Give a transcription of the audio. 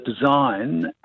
design